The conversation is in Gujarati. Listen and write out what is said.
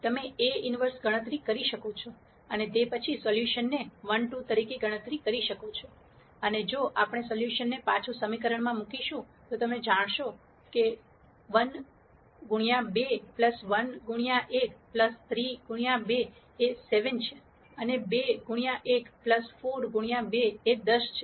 તમે A ઈન્વર્ષ ગણતરી કરી શકો છો અને તે પછી સોલ્યુશનને 1 2 તરીકે ગણતરી કરી શકો છો અને જો આપણે સોલ્યુશનને પાછું સમીકરણમાં મૂકીશું તો તમે જોશો 1 ગુણ્યા 2 1 ગુણ્યા 1 3 ગુણ્યા 2 એ 7 છે અને 2 ગુણ્યા 1 4 ગુણ્યા 2 એ 10 છે